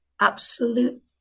absolute